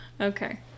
okay